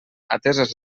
ateses